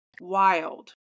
Wild